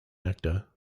actor